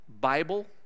Bible